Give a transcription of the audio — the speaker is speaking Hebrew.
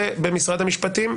במשרד המשפטים,